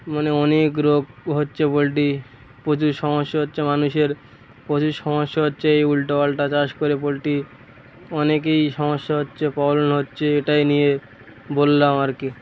মানে অনেক রোগ হচ্ছে পোলট্রি প্রচুর সমস্যা হচ্ছে মানুষের প্রচুর সমস্যা হচ্ছে এই উলটোপালটা চাষ করে পোলট্রি অনেকেই সমস্যা হচ্ছে প্রবলেম হচ্ছে এটাই নিয়ে বললাম আর কি